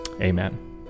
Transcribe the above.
Amen